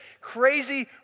crazy